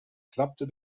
klappte